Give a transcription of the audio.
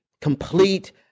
complete